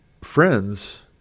friends